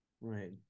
Right